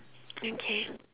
okay